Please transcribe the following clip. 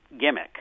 gimmick